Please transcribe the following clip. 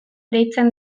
deitzen